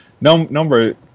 Number